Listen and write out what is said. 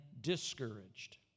discouraged